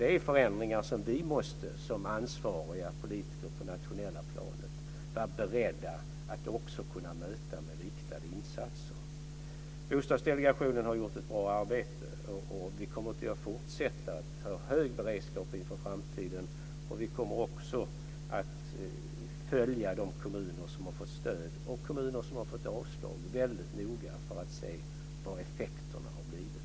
Det är förändringar som vi som ansvariga politiker på det nationella planet måste vara beredda att kunna möta med riktade insatser. Bostadsdelegationen har gjort ett bra arbete. Vi kommer att fortsätta att ha hög beredskap inför framtiden. Vi kommer också att följa kommuner som har fått stöd och kommuner som har fått avslag mycket noga för att se vad effekterna har blivit.